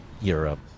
Europe